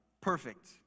perfect